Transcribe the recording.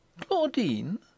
Claudine